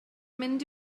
mynd